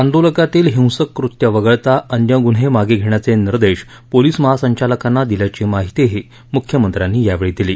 आंदोलकातील हिंसक कृत्ये वगळता अन्य गुन्हे मागे घेण्याचे निर्देश पोलीस महासंचालकांना दिल्याची माहितीही मुख्यमंत्र्यांनी यावेळी दिली